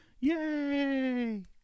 Yay